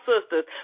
sisters